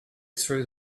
through